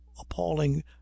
appalling